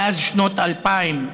מאז שנת 2000,